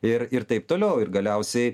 ir ir taip toliau ir galiausiai